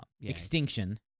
extinction